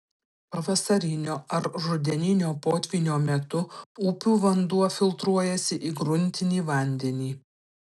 pavasarinio ar rudeninio potvynio metu upių vanduo filtruojasi į gruntinį vandenį